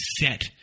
set